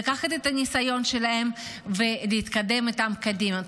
ולקחת את הניסיון שלהם ולהתקדם איתם קדימה.